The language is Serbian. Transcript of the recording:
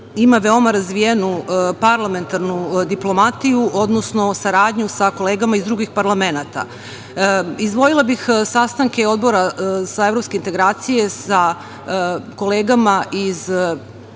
ima veoma razvijenu parlamentarnu diplomatiju, odnosno saradnju sa kolegama iz drugih parlamenata. Izdvojila bih sastanke Odbora za evropske integracije sa kolegama iz